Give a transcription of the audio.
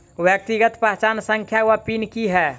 व्यक्तिगत पहचान संख्या वा पिन की है?